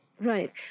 right